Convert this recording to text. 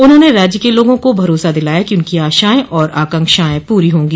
उन्होंने राज्य के लोगों को भरोसा दिलाया कि उनकी आशाएं और आकांक्षाएं पूरी होगी